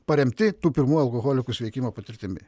paremti tų pirmųjų alkoholikų sveikimo patirtimi